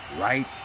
right